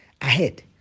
ahead